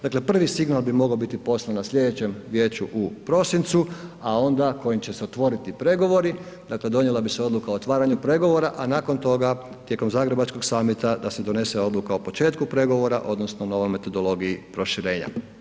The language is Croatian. Dakle prvi signal bi mogao biti poslan na sljedećem vijeću u prosincu a onda kojim će se otvoriti pregovori, dakle donijela bi se odluka o otvaranju pregovora a nakon toga tijekom zagrebačkog summita da se donese odluka o početku pregovora, odnosno novoj metodologiji proširenja.